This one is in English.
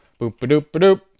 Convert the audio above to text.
Boop-a-doop-a-doop